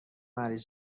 مریض